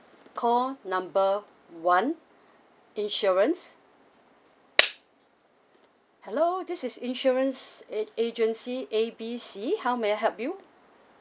call number one insurance hello this is insurance a~ agency A B C how may I help you